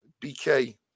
BK